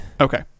Okay